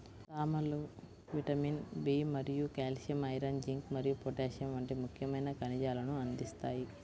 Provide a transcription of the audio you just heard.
సామలు vitamin B మరియు calcium, iron, zinc మరియు పొటాషియం వంటి ముఖ్యమైన ఖనిజాలను అందిస్తాయి